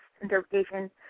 interpretation